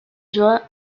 joie